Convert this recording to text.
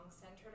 centered